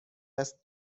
است